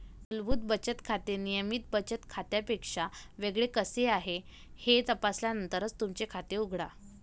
मूलभूत बचत खाते नियमित बचत खात्यापेक्षा वेगळे कसे आहे हे तपासल्यानंतरच तुमचे खाते उघडा